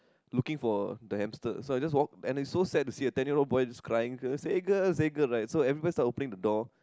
looking for the hamster so I just walk and is so sad to see a ten years old is crying Sega Sega right so everybody start opening the door